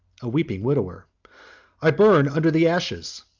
a weeping widower i burn under the ashes,